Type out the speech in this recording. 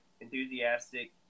enthusiastic